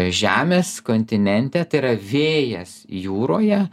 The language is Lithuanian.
žemės kontinente tai yra vėjas jūroje